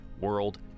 world